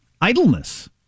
idleness